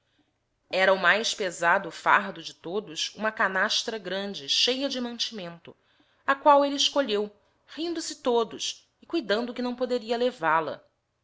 o mais pezado fardo de todos huma canastra grande cheia de niantiniento a qual elle escouieo rindo-se todos e cuidando que não poderia levala